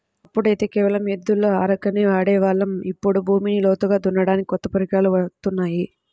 ఒకప్పుడైతే కేవలం ఎద్దుల అరకనే వాడే వాళ్ళం, ఇప్పుడు భూమిని లోతుగా దున్నడానికి కొత్త పరికరాలు వత్తున్నాయి